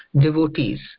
devotees